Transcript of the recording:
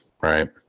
right